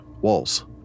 walls